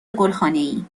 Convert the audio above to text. گلخانهای